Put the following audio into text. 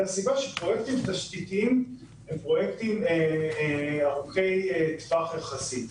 זאת משום שפרויקטים תשתיתיים הם פרויקטים ארוכי טווח יחסית,